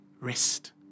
rest